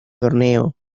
torneo